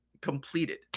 completed